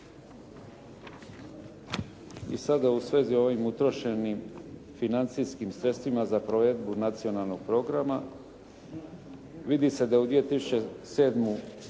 I sada u svezi s ovim utrošenim financijskim sredstvima za provedbu nacionalnog programa. Vidi se da je u 2007. godinu